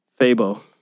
Fabo